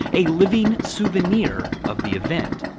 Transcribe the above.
a living souvenir of the event.